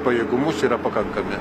pajėgumus yra pakankami